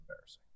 embarrassing